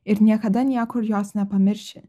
ir niekada niekur jos nepamirši